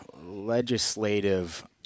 legislative